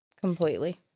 completely